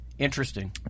Interesting